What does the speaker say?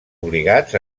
obligats